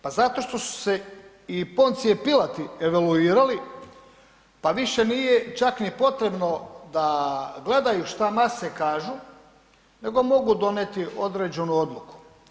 Pa zato što su se Poncije Pilati evoluirali pa više nije čak ni potrebno da gledaju što mase kažu, nego mogu donijeti određenu odluku.